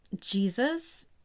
Jesus